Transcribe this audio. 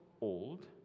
old